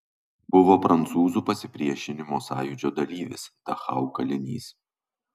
buvo prancūzų pasipriešinimo sąjūdžio dalyvis dachau kalinys